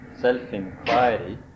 self-inquiry